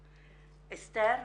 אסתר.